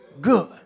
good